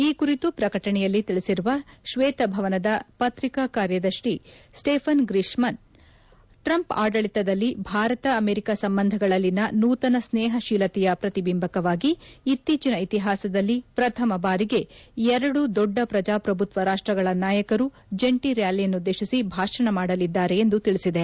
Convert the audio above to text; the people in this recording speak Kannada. ಈ ಕುರಿತು ಪ್ರಕಟಣೆಯಲ್ಲಿ ತಿಳಿಸಿರುವ ಶ್ನೇತ ಭವನದ ಪತ್ರಿಕಾ ಕಾರ್ಯದರ್ಶಿ ಸ್ಲೆಫನ್ ಗ್ರೀಶಮ್ ಟ್ರಂಪ್ ಆಡಳಿತದಲ್ಲಿ ಭಾರತ ಅಮೆರಿಕ ಸಂಬಂಧಗಳಲ್ಲಿನ ನೂತನ ಸ್ವೇಹಶೀಲತೆಯ ಪ್ರತಿಬಿಂಬಕವಾಗಿ ಇತ್ತೀಚಿನ ಇತಿಹಾಸದಲ್ಲಿ ಪ್ರಥಮ ಭಾರಿಗೆ ಎರಡು ದೊಡ್ಡ ಪ್ರಚಾಪ್ರಭುತ್ವ ರಾಷ್ಟಗಳ ನಾಯಕರು ಜಂಟಿ ರ್ಕಾಲಿಯನ್ನುದ್ದೇಶಿಸಿ ಭಾಷಣ ಮಾಡಲಿದ್ದಾರೆ ಎಂದು ತಿಳಿಸಿದೆ